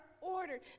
ordered